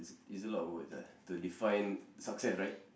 it's it's a lot of words ah to define success right